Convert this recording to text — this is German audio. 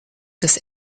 des